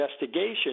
investigation